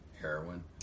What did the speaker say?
heroin